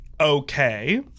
okay